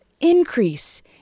increase